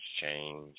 change